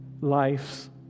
life's